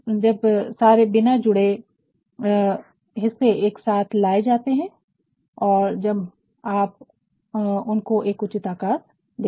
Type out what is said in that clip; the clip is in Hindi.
जब सारे बिना जुड़े हिस्से इससे एक साथ लाए जाते हैं और जब आप उनको एक उचित आकार देते हैं